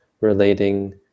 relating